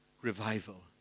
revival